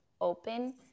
open